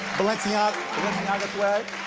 balenciaga's way.